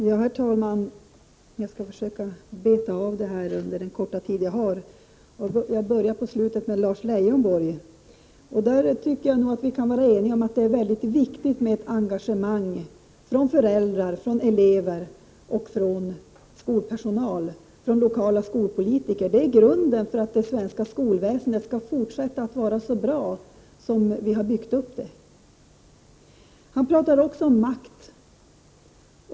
Herr talman! Jag skall försöka beta av frågeställningarna under den korta tid jag har till förfogande för min replik. Jag börjar från slutet med att vända mig till Lars Leijonborg. Vi kan vara överens om att det är mycket viktigt med ett engagemang från lärare, elever, skolpersonal och lokala skolpolitiker. Det är grunden för att det svenska skolväsendet skall fortsätta att vara så bra som vi har byggt upp det till. Lars Leijonborg talade också om makt.